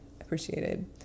appreciated